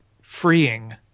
freeing